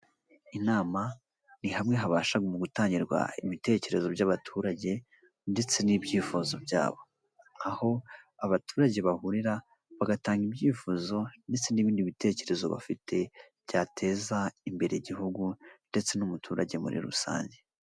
Inama ni hamwe habasha mu gutangirwa ibitekerezo by'abaturage ndetse n'ibyifuzo byabo, aho abaturage bahurira bagatanga ibyifuzo ndetse n'ibindi bitekerezo bafite byateza imbere igihugu ndetse n'umuturage muri rusange.